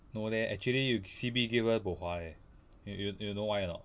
no leh actually you C_B give birth bo hua leh you you you know why or not